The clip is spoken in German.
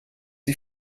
die